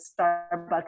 starbucks